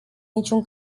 niciun